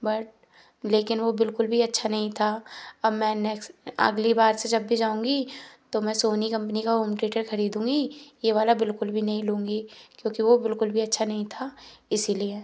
but लेकिन वो बिल्कुल भी अच्छा नहीं था अब मैं नेक्स अगली बार से जब भी जाऊँगी तो मैं सोनी कंपनी का होम थेटर ख़रीदूँगी ये वाला बिल्कुल भी नहीं लूँगी क्योंकि वो बिल्कुल भी अच्छा नहीं था इसी लिए